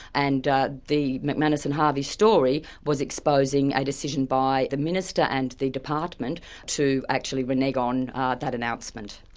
and ah the mcmanus and harvey story was exposing a decision by the minister and the department to actually renege on that announcement.